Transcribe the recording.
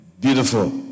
beautiful